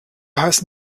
heißen